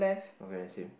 okay then same